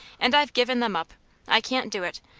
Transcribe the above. and i've given them up i can't do it.